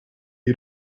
you